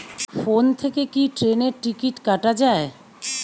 Phone থেকে কি ট্রেনের টিকিট কাটা য়ায়?